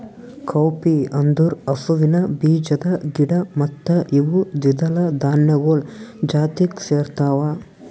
cowpea ಅಂದುರ್ ಹಸುವಿನ ಬೀಜದ ಗಿಡ ಮತ್ತ ಇವು ದ್ವಿದಳ ಧಾನ್ಯಗೊಳ್ ಜಾತಿಗ್ ಸೇರ್ತಾವ